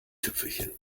tüpfelchen